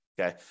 Okay